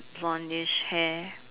blondish hair